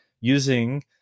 using